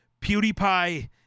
PewDiePie